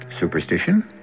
Superstition